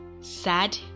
sad